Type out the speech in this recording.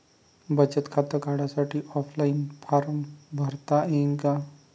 बचत खातं काढासाठी ऑफलाईन फारम भरता येईन का?